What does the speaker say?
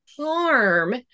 harm